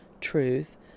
truth